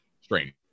strange